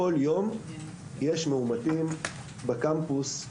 כל יום יש מאומתים בקמפוס.